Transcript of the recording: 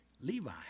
Levi